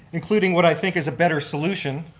including what i think is a better solution,